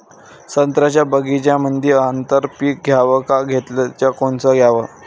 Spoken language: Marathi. संत्र्याच्या बगीच्यामंदी आंतर पीक घ्याव का घेतलं च कोनचं घ्याव?